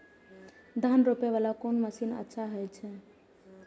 धान रोपे वाला कोन मशीन अच्छा होय छे?